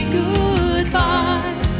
goodbye